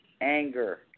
anger